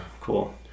Cool